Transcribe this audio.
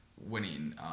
Winning